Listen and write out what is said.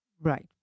right